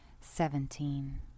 Seventeen